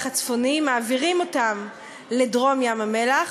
הצפוניים ומעבירים אותם לדרום ים-המלח,